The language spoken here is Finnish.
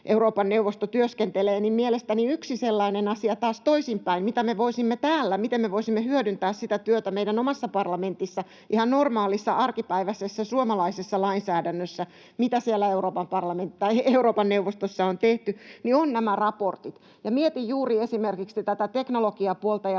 Euroopan neuvosto työskentelee, niin mielestäni yksi sellainen asia taas toisinpäin, miten me voisimme täällä hyödyntää meidän omassa parlamentissamme ihan normaalissa arkipäiväisessä suomalaisessa lainsäädännössä sitä työtä, mitä siellä Euroopan neuvostossa on tehty, ovat nämä raportit. Mietin juuri esimerkiksi tätä teknologiapuolta ja